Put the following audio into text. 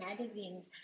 magazines